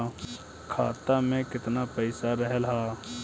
खाता में केतना पइसा रहल ह?